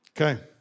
Okay